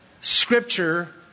Scripture